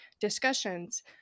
discussions